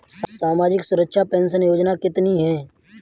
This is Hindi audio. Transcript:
सामाजिक सुरक्षा पेंशन योजना कितनी हैं?